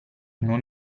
non